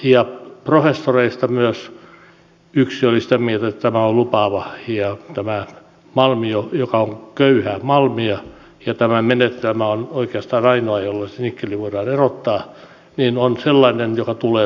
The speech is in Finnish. ja professoreista yksi oli myös sitä mieltä että tämä on lupaava tämä malmi joka on köyhää malmia ja tämä menetelmä on oikeastaan ainoa jolla se nikkeli voidaan erottaa ja on sellainen joka tulee toimimaan